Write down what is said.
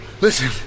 Listen